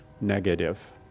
negative